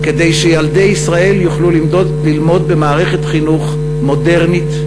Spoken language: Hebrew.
כדי שילדי ישראל יוכלו ללמוד במערכת חינוך מודרנית,